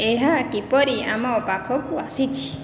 ଏହା କିପରି ଆମ ପାଖକୁ ଆସିଛି